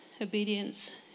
obedience